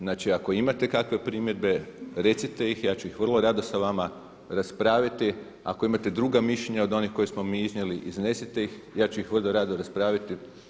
Znači ako imate kakve primjedbe recite ih, ja ću ih vrlo rado sa vama raspraviti, ako imate druga mišljenja od onih koja smo mi iznijeli iznesite ih ja ću ih vrlo rado raspraviti.